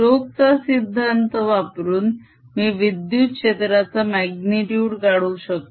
stock चा सिद्धांत Stoke's law वापरून मी विद्युत क्षेत्राचा माग्नितुड काढू शकतो